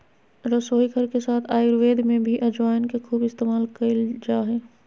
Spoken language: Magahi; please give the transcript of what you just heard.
रसोईघर के साथ आयुर्वेद में भी अजवाइन के खूब इस्तेमाल कइल जा हइ